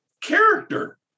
character